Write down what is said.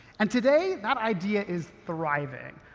and, today, that idea is thriving.